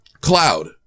Cloud